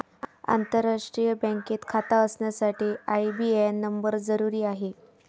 आंतरराष्ट्रीय बँकेत खाता असण्यासाठी आई.बी.ए.एन नंबर जरुरी आहे